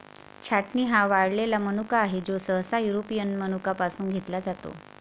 छाटणी हा वाळलेला मनुका आहे, जो सहसा युरोपियन मनुका पासून घेतला जातो